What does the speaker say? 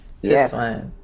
Yes